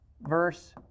verse